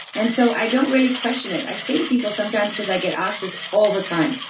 and so i don't really question it i say to people sometimes, because i get asked this all the time,